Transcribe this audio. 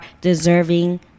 deserving